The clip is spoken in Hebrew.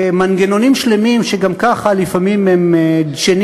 מנגנונים שלמים שגם ככה לפעמים הם דשנים